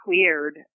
Cleared